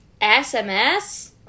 SMS